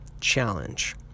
challenge